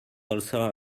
also